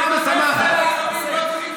הדם שלך והדם שלי זהים לחלוטין,